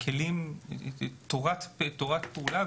אנחנו רוצים להרחיב את הפעולות האלה,